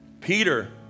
Peter